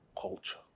culture